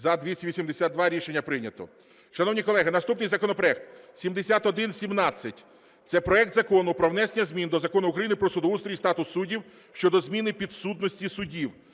За-282 Рішення прийнято. Шановні колеги, наступний законопроект 7117. Це проект Закону України «Про внесення змін до Закону України “Про судоустрій і статус суддів” щодо зміни підсудності судів».